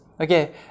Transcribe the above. okay